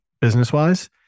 business-wise